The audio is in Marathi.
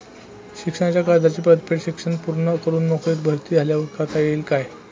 शिक्षणाच्या कर्जाची परतफेड शिक्षण पूर्ण करून नोकरीत भरती झाल्यावर करता येईल काय?